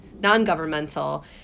non-governmental